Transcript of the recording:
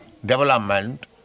development